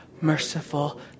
merciful